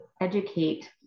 educate